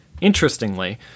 Interestingly